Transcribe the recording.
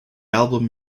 album